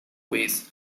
ways